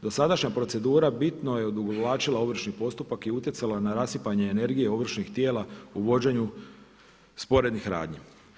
Dosadašnja procedura bitno je odugovlačila ovršni postupak i utjecala na rasipanje energije ovršnih tijela u vođenju sporednih radnji.